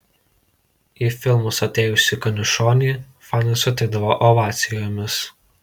į filmus atėjusį kaniušonį fanai sutikdavo ovacijomis